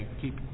keep